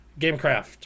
gamecraft